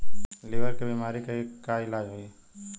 Liver के बीमारी के का इलाज होई?